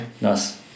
nice